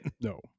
No